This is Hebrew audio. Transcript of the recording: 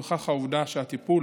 נוכח העובדה שהטיפול